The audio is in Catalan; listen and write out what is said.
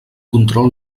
control